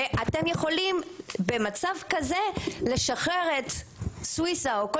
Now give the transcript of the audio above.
ואתם יכולים במצב כזה לשחרר את סוויסה או כל